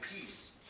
peace